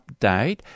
update